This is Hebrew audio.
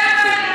זאת הבעיה.